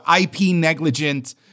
IP-negligent